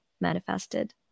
manifested